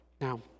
Now